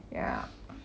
ya